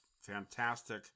fantastic